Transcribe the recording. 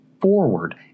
forward